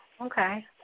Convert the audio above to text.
Okay